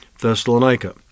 Thessalonica